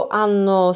hanno